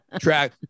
track